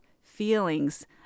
feelings